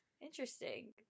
interesting